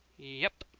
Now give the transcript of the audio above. yep.